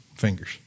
fingers